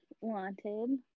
wanted